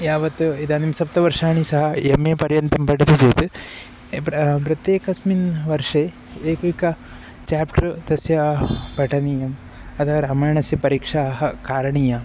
यावत् इदानीं सप्तवर्षाणि सः एम् ए पर्यन्तं प ति चेत् प्रा प्रत्येकस्मिन् वर्षे एकैकं चाप्टर् तस्य पठनीयम् अतः रामायणस्य परीक्षाः कारणीयाः